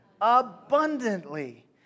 Abundantly